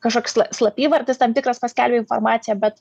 kažkoks sla slapyvardis tam tikras paskelbė informaciją bet